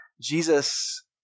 Jesus